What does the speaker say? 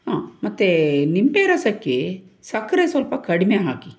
ಹಾಂ ಮತ್ತು ನಿಂಬೆ ರಸಕ್ಕೆ ಸಕ್ಕರೆ ಸ್ವಲ್ಪ ಕಡಿಮೆ ಹಾಕಿ